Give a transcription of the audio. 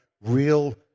real